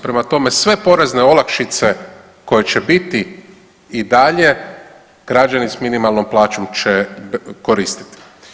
Prema tome, sve porezne olakšice koje će biti i dalje građani sa minimalnom plaćom će koristiti.